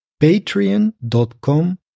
patreon.com